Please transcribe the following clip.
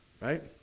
right